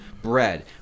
bread